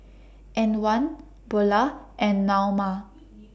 Antwan Beulah and Naoma